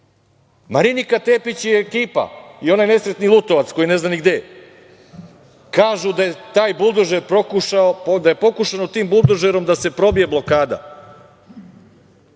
sigurno. Marinika Tepić i ekipa i onaj nesrećni Lutovac, koji ne zna ni gde je, kažu da je pokušano tim buldožerom da se probije blokada.